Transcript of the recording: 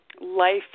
life